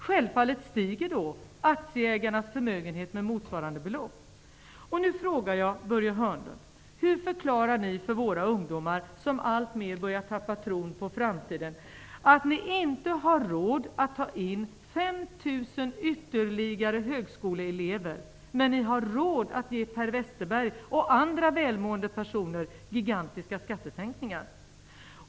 Självfallet stiger då aktieägarnas förmögenhet med motsvarande belopp. 5 000 högskoleelever, men ni har råd att ge Per Westerberg och andra välmående personer gigantiska skattesänkningar?